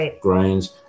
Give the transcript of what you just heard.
grains